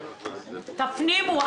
תפנימו,